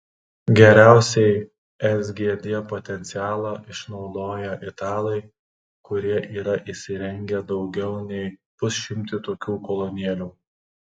geriausiai sgd potencialą išnaudoja italai kurie yra įsirengę daugiau nei pusšimtį tokių kolonėlių